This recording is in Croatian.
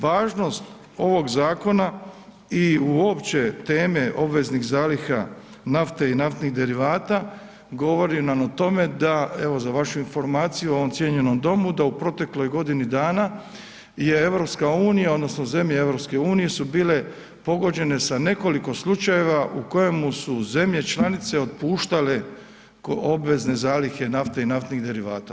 Važnost ovog zakona i uopće teme obveznih zaliha nafte i naftnih derivata govori nam o tome da evo za vašu informaciju u ovom cijenjenom Domu da u proteklih godini dana je EU, odnosno zemlje EU su bile pogođene sa nekoliko slučajeva u kojemu su zemlje članice otpuštale obvezne zalihe nafte i naftnih derivata.